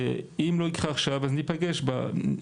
ואם זה לא יקרה עכשיו, אז ניפגש מתי?